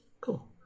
Cool